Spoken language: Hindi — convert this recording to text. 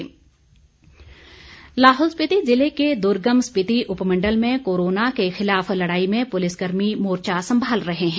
कोरोना योद्वा लाहौल स्पीति ज़िले के दुर्गम स्पीति उपमण्डल में कोरोना के खिलाफ लड़ाई में पुलिस कर्मी मोर्चा संभाल रहे है